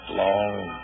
long